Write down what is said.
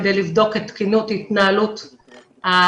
כדי לבדוק את תקינות התנהלות המוסדות,